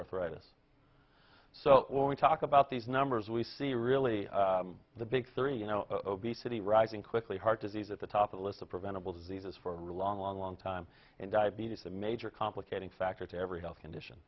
arthritis so when we talk about these numbers we see really the big three you know obesity rising quickly heart disease at the top of the list of preventable diseases for a long long long time and diabetes a major complicating factor to every health condition